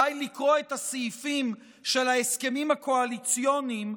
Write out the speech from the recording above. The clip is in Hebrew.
די לקרוא את הסעיפים של ההסכמים הקואליציוניים,